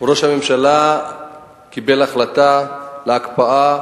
ראש הממשלה קיבל החלטה על הקפאה